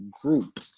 group